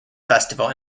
festival